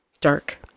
dark